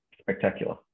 spectacular